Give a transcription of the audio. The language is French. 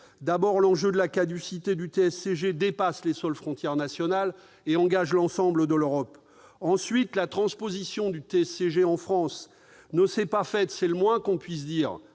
part, l'enjeu de la caducité du TSCG dépasse les seules frontières nationales et engage l'ensemble de l'Europe. D'autre part, la transposition du TSCG en France ne s'est pas faite- c'est le moins que l'on puisse dire